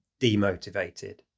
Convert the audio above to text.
demotivated